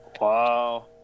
Wow